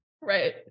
Right